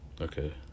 Okay